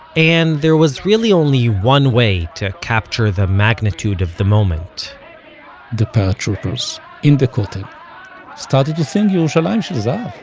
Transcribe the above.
and there was really only one way to capture the magnitude of the moment the paratroopers in the kotel started to sing you know yerushalayim um shel zahav